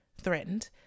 threatened